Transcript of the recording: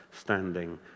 standing